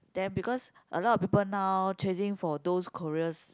then because a lot of people now chasing for those Korea s~